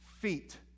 feet